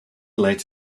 let